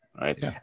Right